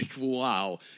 wow